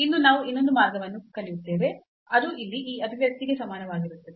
ಇಂದು ನಾವು ಇನ್ನೊಂದು ಮಾರ್ಗವನ್ನು ಕಲಿಯುತ್ತೇವೆ ಅದು ಇಲ್ಲಿ ಈ ಅಭಿವ್ಯಕ್ತಿಗೆ ಸಮನಾಗಿರುತ್ತದೆ